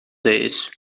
days